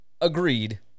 Agreed